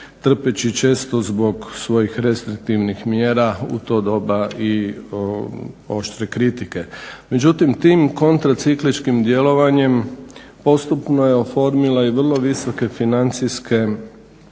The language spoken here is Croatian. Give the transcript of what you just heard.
Trpeći često zbog svojih restriktivnih mjera u to doba i oštre kritike, međutim tim kontracikličkim djelovanjem postupno je oformila i vrlo visoke financijske